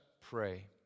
pray